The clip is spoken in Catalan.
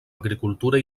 agricultura